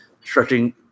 stretching